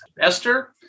Esther